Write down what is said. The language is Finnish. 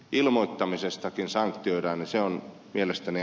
ilmoittamisestakin saan tietää missä on mielestäni